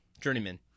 Journeyman